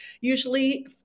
Usually